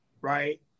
right